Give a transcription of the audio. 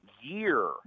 year